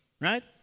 Right